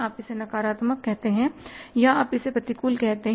आप इसे नकारात्मक कहते हैं या आप इसे प्रतिकूल कहते हैं